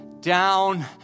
down